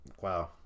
Wow